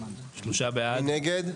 מי נגד?